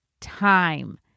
time